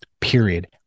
period